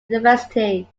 university